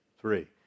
Three